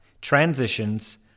transitions